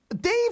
Dave